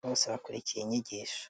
bose bakurikiye inyigisho.